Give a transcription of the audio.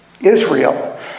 Israel